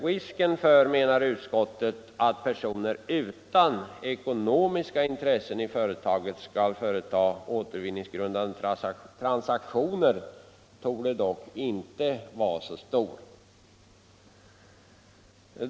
Risken för att personer utan ekonomiska intressen i företaget skall företa återvinningsgrundande transaktioner torde dock, anser vi, inte vara så stor.